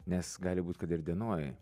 nes gali būt kad ir dienoj